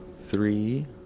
three